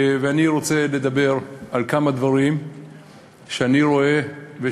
אני רוצה לדבר על כמה דברים שאני רואה,